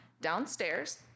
downstairs